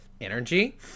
energy